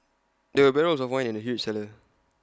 there were barrels of wine in the huge cellar